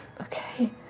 Okay